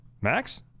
Max